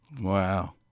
Wow